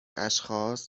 اشخاص